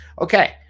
Okay